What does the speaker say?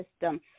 system